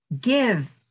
give